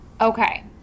Okay